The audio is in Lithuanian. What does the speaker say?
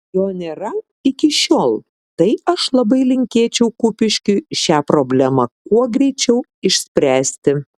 jo nėra iki šiol tai aš labai linkėčiau kupiškiui šią problemą kuo greičiau išspręsti